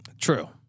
True